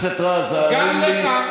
רז, האמן לי, גם לך,